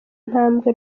intambwe